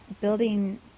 building